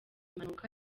mpanuka